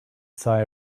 sigh